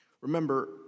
Remember